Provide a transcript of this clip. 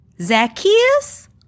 Zacchaeus